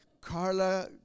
Carla